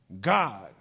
God